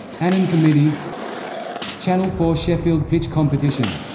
annan committee channel four sheffield pitch competition